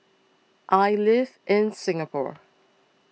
I live in Singapore